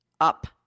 up